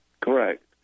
correct